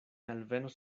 alvenos